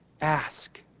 ask